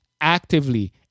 actively